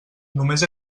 només